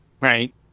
Right